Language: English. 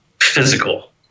physical